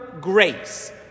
Grace